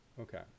Okay